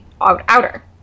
Outer